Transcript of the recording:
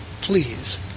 Please